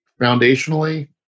foundationally